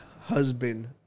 husband